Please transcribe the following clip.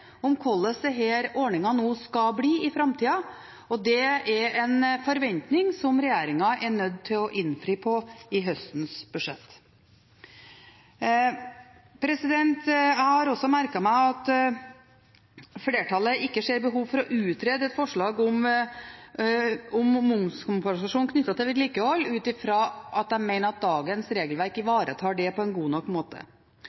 om hvordan denne ordningen skal bli i framtida, og det er en forventning som regjeringen er nødt til å innfri i høstens budsjett. Jeg har også merket meg at flertallet ikke ser behov for å utrede et forslag om momskompensasjon knyttet til vedlikehold, ut fra at de mener dagens regelverk ivaretar det på en god nok måte